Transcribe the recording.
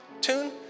tune